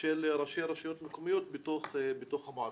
של ראשי רשויות מקומיות בתוך המועצה.